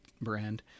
brand